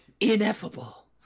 ineffable